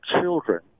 children